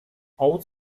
old